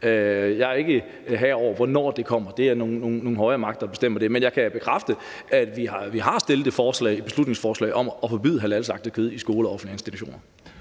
Jeg er ikke herre over, hvornår det kommer – det er nogle højere magter, der bestemmer det – men jeg kan bekræfte, at vi har fremsat et beslutningsforslag om at forbyde halalslagtet kød i skoler og offentlige institutioner.